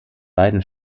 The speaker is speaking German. beiden